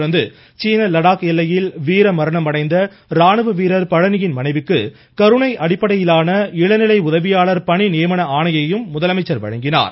தொடர்ந்து சீன லடாக் எல்லையில் வீர மரணம் அடைந்த ராணுவ வீரர் பழனியின் மனைவிக்கு கருணை அடிப்படையிலான இளநிலை உதவியாளர் பணி நியமன ஆணையையும் முதலமைச்சர் வழங்கினார்